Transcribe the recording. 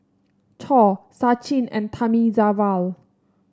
Choor Sachin and Thamizhavel